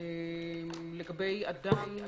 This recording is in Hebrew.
לגבי אדם